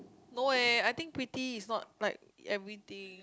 no eh I think pretty is not like everything